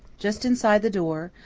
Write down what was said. just inside the door,